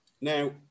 now